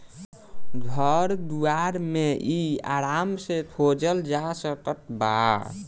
घर दुआर मे इ आराम से खोजल जा सकत बा